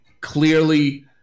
clearly